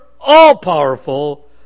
all-powerful